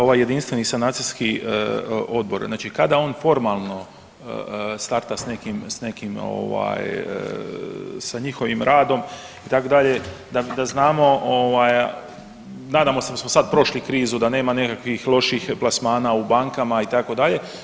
Ovaj jedinstveni sanacijski odbor, znači kada on formalno starta sa nekim, sa njihovim radom itd. da znamo, nadamo se da smo sad prošli krizu, da nema nekakvih loših plasmana u bankama itd.